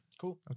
Cool